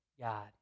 God